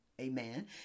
Amen